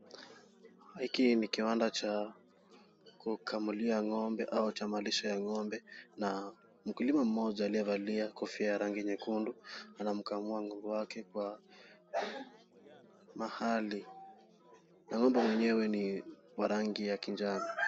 Hiki ni kiwanda cha kukamulia ng'ombe au cha malisho ya ng'ombe na mkulima mmoja aliyevalia kofia ya rangi nyekundu, anamkamua ng'ombe wake kwa mahali na ng'ombe mwenyewe ni wa rangi ya kijani.